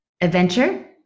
Adventure